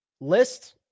List